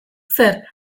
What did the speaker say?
zer